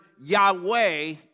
Yahweh